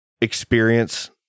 experience